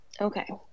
Okay